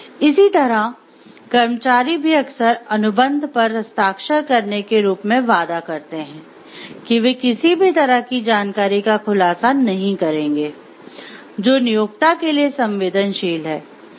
इसी तरह कर्मचारी भी अक्सर अनुबंध पर हस्ताक्षर करने के रूप में वादा करते हैं कि वे किसी भी तरह की जानकारी का खुलासा नहीं करेंगे जो नियोक्ता के लिए संवेदनशील है